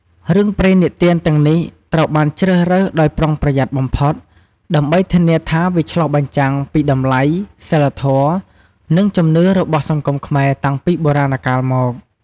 រឿងព្រេងនិទានទាំងនេះត្រូវបានជ្រើសរើសដោយប្រុងប្រយ័ត្នបំផុត ដើម្បីធានាថាវាឆ្លុះបញ្ចាំងពីតម្លៃ សីលធម៌ និងជំនឿរបស់សង្គមខ្មែរតាំងពីបុរាណកាលមក។